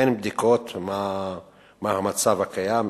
אין בדיקות מה המצב הקיים,